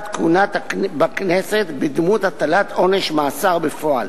כהונה בכנסת בדמות הטלת עונש מאסר בפועל.